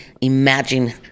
imagine